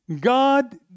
God